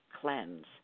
cleanse